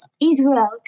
Israel